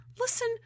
listen